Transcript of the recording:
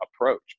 approach